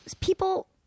people